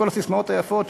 כל הססמאות היפות,